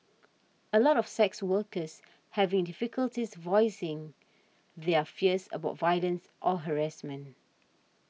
a lot of sex workers having difficulties voicing their fears about violence or harassment